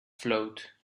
float